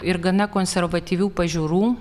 ir gana konservatyvių pažiūrų